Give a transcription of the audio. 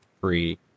free